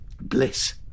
bliss